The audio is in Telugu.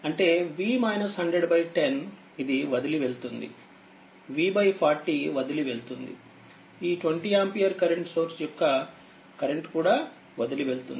కాబట్టిఅంటేV 10010ఇది వదిలి వెళ్తుంది V40 వదిలి వెళ్తుంది ఈ20ఆంపియర్ కరెంట్ సోర్స్ యొక్క కరెంట్ కూడా వదిలి వెళ్తుంది